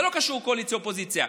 זה לא קשור קואליציה אופוזיציה,